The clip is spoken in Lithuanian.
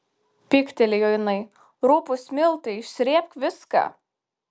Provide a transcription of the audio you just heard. pyktelėjo jinai rupūs miltai išsrėbk viską